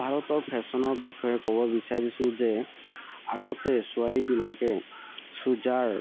ভাৰতৰ ফেশ্বনৰ বিষয়ে ক'ব বিচাৰিছোঁ যে আগতে ছোৱালীবিলাকে চুৰিদাৰ